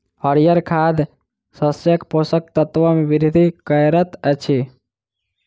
हरीयर खाद शस्यक पोषक तत्व मे वृद्धि करैत अछि